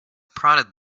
prodded